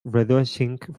reducing